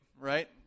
right